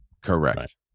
Correct